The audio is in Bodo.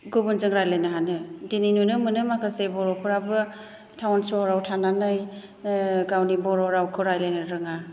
गुबुनजों रायज्लायनो हानो दिनै नुनो मोनो माखासे बर'फोराबो टाउन सहराव थानानै गावनि बर' रावखौ रायज्लायनो रोङा